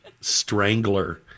Strangler